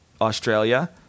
Australia